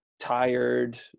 tired